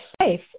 safe